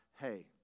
hey